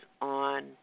on